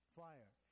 fire